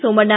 Somanna